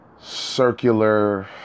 circular